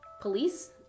police